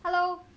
hello